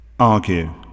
Argue